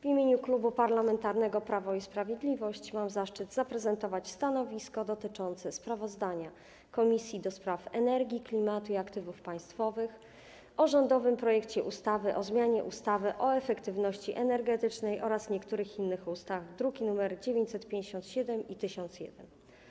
W imieniu Klubu Parlamentarnego Prawo i Sprawiedliwość mam zaszczyt zaprezentować stanowisko dotyczące sprawozdania Komisji do Spraw Energii, Klimatu i Aktywów Państwowych o rządowym projekcie ustawy o zmianie ustawy o efektywności energetycznej oraz niektórych innych ustaw, druki nr 957 i 1001.